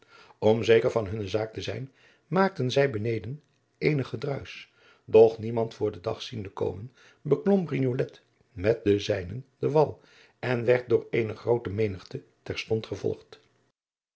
om zeker van hunne zaak te zijn maakten zijne benden eenig gedruisch doch niemand voor den dag ziende komen beklom brignolet met de zijnen den wal en werd door eene groote menigte terstond gevolgd